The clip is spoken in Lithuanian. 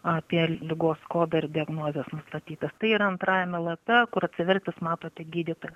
apie ligos kodą ir diagnozes nustatytas tai yra antrajame lape kur atsivertęs matote gydytoją